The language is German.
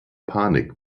panik